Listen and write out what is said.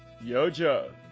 Yojo